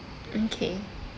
okay